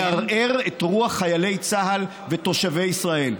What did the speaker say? לערער את רוח חיילי צה"ל ותושבי ישראל.